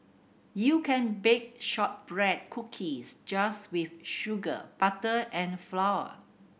you can bake shortbread cookies just with sugar butter and flour